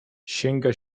sięga